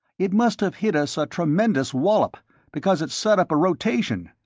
it must have hit us a tremendous wallop because it's set up a rotation.